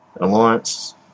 Alliance